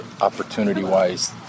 opportunity-wise